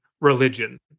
religion